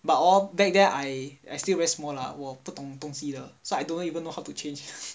but all back then I I still very small lah 我不懂东西的 so I don't even know how to change